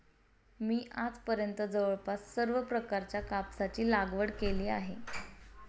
मी आजपर्यंत जवळपास सर्व प्रकारच्या कापसाची लागवड केली आहे